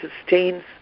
sustains